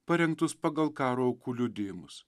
parengtus pagal karo aukų liudijimus